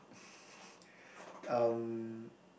um